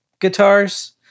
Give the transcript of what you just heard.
guitars